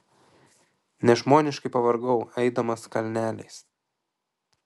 nežmoniškai pavargau eidamas kalneliais